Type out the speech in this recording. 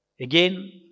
Again